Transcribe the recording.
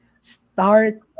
start